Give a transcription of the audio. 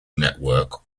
network